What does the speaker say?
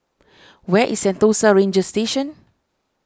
where is Sentosa Ranger Station